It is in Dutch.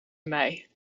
mij